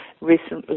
recently